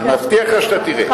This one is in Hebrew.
אני מבטיח לך שאתה תראה.